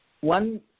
one